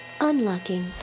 Unlocking